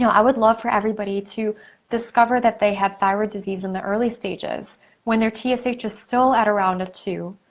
you know i would love for everybody to discover that they had thyroid disease in the early stages when their so tsh is still at around a two,